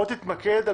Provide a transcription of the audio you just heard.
בוא תתמקד.